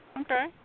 Okay